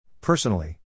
personally